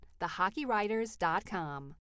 thehockeywriters.com